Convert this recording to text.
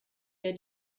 der